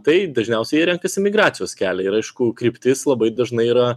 tai dažniausiai jie renkasi migracijos kelią ir aišku kryptis labai dažnai yra